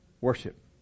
worship